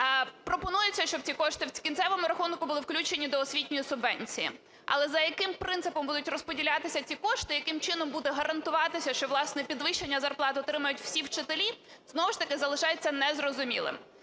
Пропонується, щоб ці кошти в кінцевому рахунку були включені до освітньої субвенції. Але за яким принципом будуть розподілятися ці кошти, яким чином буде гарантуватися, що, власне, підвищення зарплат отримають всі вчителі, знову ж таки залишається незрозумілим.